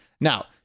Now